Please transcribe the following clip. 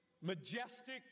majestic